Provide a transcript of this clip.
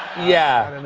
yeah.